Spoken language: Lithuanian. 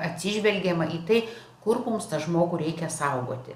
atsižvelgiama į tai kur mums tą žmogų reikia saugoti